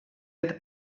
êtes